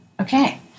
Okay